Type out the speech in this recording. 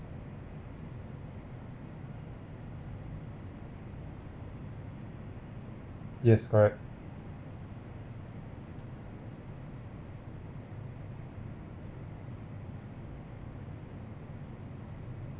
yes correct